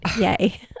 yay